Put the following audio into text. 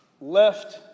left